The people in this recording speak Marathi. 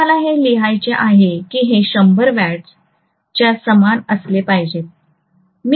आता मला हे लिहायचे आहे की हे 100 वॅट्स च्या समान असले पाहिजेत